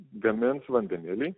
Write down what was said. gamins vandenilį